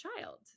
child